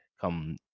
come